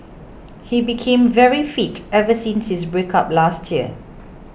he became very fit ever since his breakup last year